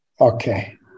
Okay